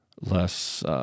less –